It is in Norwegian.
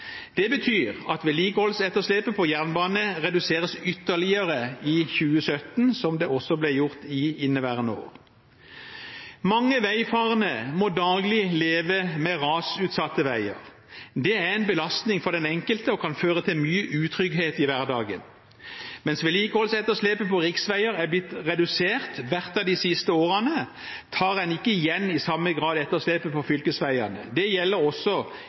Det betyr at vedlikeholdsetterslepet på jernbane reduseres ytterligere i 2017, som det også ble gjort i inneværende år. Mange veifarende må daglig leve med rasutsatte veier. Det er en belastning for den enkelte og kan føre til mye utrygghet i hverdagen. Mens vedlikeholdsetterslepet på riksveier er blitt redusert hvert av de siste årene, tar en ikke i samme grad igjen etterslepet på fylkesveiene. Det gjelder også